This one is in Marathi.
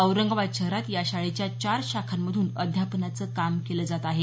औरंगाबाद शहरात या शाळेच्या चार शाखांमधून अध्यापनाचं काम केलं जात आहे